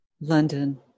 London